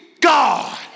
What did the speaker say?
God